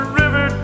river